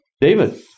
David